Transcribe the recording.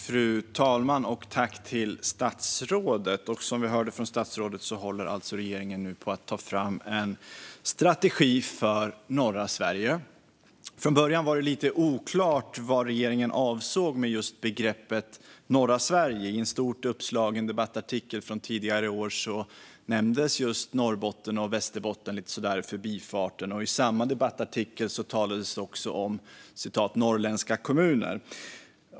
Fru talman! Som statsrådet sa håller regeringen nu på att ta fram en strategi för norra Sverige. Från början var det lite oklart vad regeringen avsåg med begreppet norra Sverige. I en stort uppslagen debattartikel från tidigare i år nämndes just Norrbotten och Västerbotten lite i förbifarten. I samma debattartikel talades det också om norrländska kommuner.